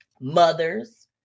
Mothers